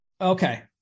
Okay